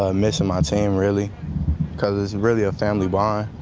a mission month same really because really a family by.